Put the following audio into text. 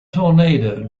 tornado